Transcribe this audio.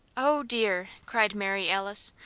oh, dear! cried mary alice,